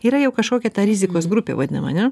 yra jau kažkokia ta rizikos grupė vadinama ane